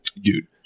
dude